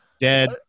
Dead